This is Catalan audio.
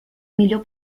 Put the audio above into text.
millor